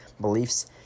beliefs